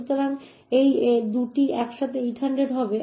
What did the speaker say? সুতরাং এই 2টি একসাথে 800 হবে